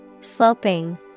Sloping